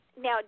Now